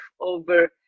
over